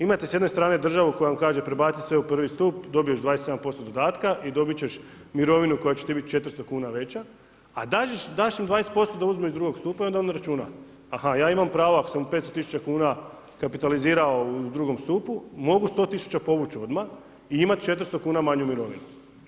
Imate s jedne strane državu koja vam kaže prebaci sve u prvi stup, dobiješ 27% dodatka i dobit ćeš mirovinu koja će ti bit 400 kuna veća, a daš im 20% da uzmu iz drugog stupa i onda on računa, aha, ja imam pravo ako sam u 500 000 kuna kapitalizirao u II. stupu, mogu 100 000 povuć odmah i imat 400 kuna manju mirovinu.